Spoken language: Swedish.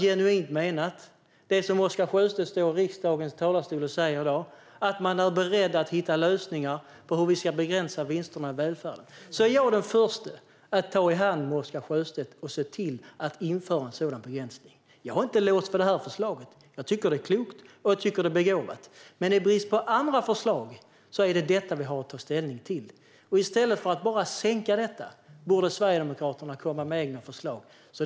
Om det som Oscar Sjöstedt står i riksdagens talarstol och säger i dag är genuint menat, att man är beredd att hitta lösningar på hur vi ska begränsa vinsterna i välfärden, är jag den förste att ta i hand med Oscar Sjöstedt på att införa en sådan begränsning. Jag är inte låst vid det här förslaget, som jag tycker är klokt och begåvat. Men i brist på andra förslag är det detta vi har att ta ställning till. I stället för att bara sänka förslaget borde Sverigedemokraterna komma med egna förslag.